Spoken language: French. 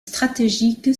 stratégique